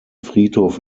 friedhof